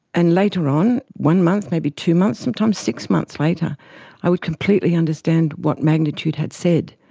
and later on, one month, maybe two months, sometimes six months later i would completely understand what magnitude had said.